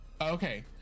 Okay